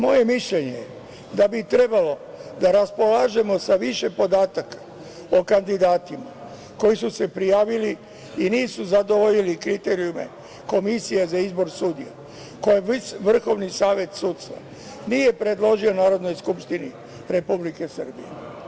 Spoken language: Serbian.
Moje mišljenje je da bi trebalo da raspolažemo sa više podataka o kandidatima koji su se prijavili i nisu zadovoljili kriterijume Komisije za izbor sudija, koje VSS nije predložio Narodnoj skupštini Republike Srbije.